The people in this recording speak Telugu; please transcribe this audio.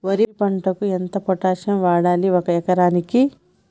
వరి పంటకు ఎంత పొటాషియం వాడాలి ఒక ఎకరానికి?